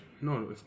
no